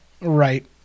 right